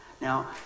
Now